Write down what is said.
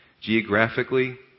Geographically